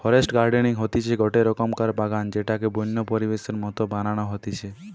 forest gardening হতিছে গটে রকমকার বাগান যেটাকে বন্য পরিবেশের মত বানানো হতিছে